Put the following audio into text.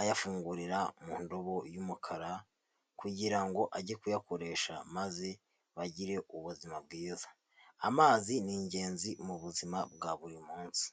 ayafungurira mu ndobo y'umukara kugira ngo ajye kuyakoresha, maze bagire ubuzima bwiza, amazi ni ingenzi mu buzima bwa buri munsi.